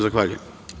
Zahvaljujem.